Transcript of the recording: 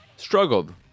struggled